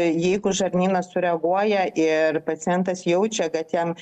jeigu žarnynas sureaguoja ir pacientas jaučia kad jam